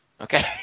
Okay